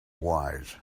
wise